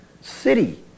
city